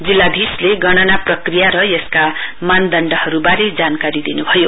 जिल्लाधीश गणना प्रक्रिया र यसका मानदण्डहरुवारे जानकारी दिनुभयो